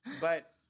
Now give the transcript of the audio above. but-